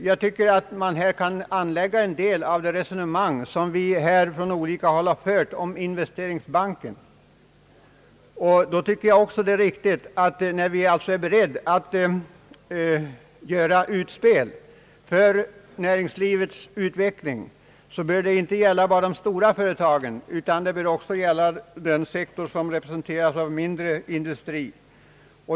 Jag tycker att man här kan anlägga en del av de synpunkter som från olika håll framförts på investeringsbanken. När vi alltså är beredda att göra ett utspel för näringslivets utveckling, bör detta utspel inte gälla bara de stora företagen utan också den sektor som representeras av mindre industri.